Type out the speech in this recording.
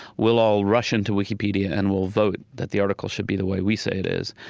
we'll all rush into wikipedia, and we'll vote that the article should be the way we say it is.